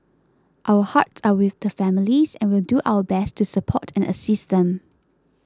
our hearts are with the families and will do our best to support and assist them